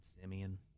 Simeon